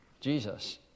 Jesus